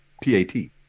p-a-t